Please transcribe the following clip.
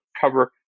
cover